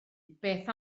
beth